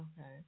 Okay